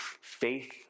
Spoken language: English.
faith